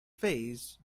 phase